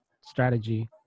strategy